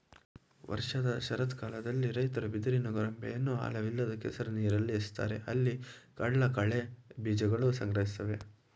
ವರ್ಷದ ಶರತ್ಕಾಲದಲ್ಲಿ ರೈತರು ಬಿದಿರಿನ ಕೊಂಬೆಯನ್ನು ಆಳವಿಲ್ಲದ ಕೆಸರು ನೀರಲ್ಲಿ ಎಸಿತಾರೆ ಅಲ್ಲಿ ಕಡಲಕಳೆ ಬೀಜಕಗಳು ಸಂಗ್ರಹಿಸ್ತವೆ